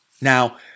Now